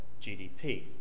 GDP